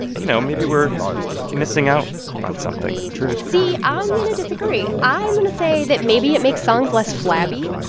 you know, maybe we're missing out on something true see, i'm going to disagree. i'm going to say that maybe it makes songs less flabby.